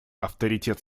авторитет